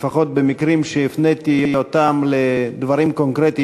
לפחות במקרים שהפניתי אותם לדברים קונקרטיים